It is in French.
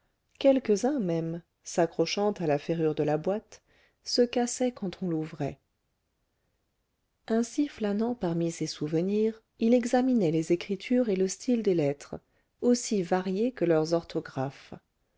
quelques-uns même s'accrochant à la ferrure de la boîte se cassaient quand on l'ouvrait ainsi flânant parmi ses souvenirs il examinait les écritures et le style des lettres aussi variés que leurs orthographes